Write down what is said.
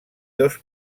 dos